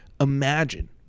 imagine